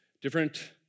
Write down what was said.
different